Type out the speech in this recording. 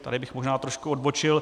Tady bych možná trošku odbočil.